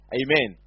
amen